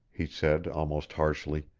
he said almost harshly.